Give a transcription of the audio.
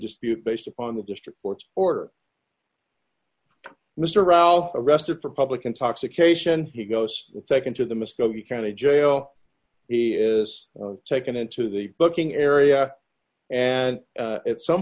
dispute based upon the district court's order mr ralph arrested for public intoxication he goes nd to the muskogee county jail he is d taken into the booking area and at some